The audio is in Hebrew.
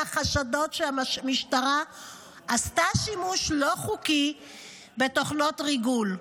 החשדות שהמשטרה עשתה שימוש לא חוקי בתוכנות ריגול.